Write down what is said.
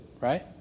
right